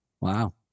Wow